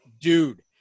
Dude